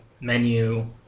menu